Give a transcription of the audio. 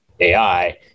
AI